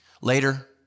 Later